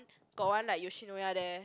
got one like Yoshinoya there